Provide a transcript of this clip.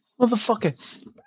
Motherfucker